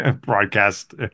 broadcast